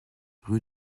rue